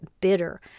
bitter